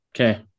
Okay